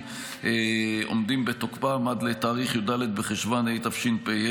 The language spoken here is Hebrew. עומדים בתוקפם עד לתאריך י"ד בחשוון התשפ"ה,